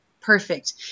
Perfect